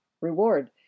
reward